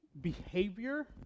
behavior